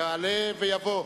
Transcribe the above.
יעלה ויבוא